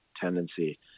tendency